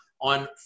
on